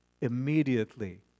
Immediately